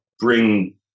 bring